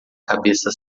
cabeça